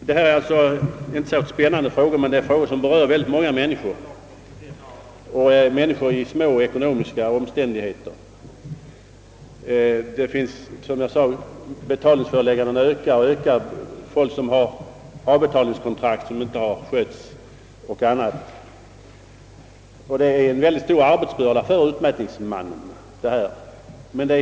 Detta är inte några särskilt spännande frågor, men de berör många människor, som ofta befinner sig i små ekonomiska omständigheter. Betalningsföreläggandena ökar och ökar. Det kan gälla avbetalningskontrakt, som inte skötts, och annat. Detta medför en stor arbetsbörda för utmätningsmannen.